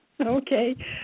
Okay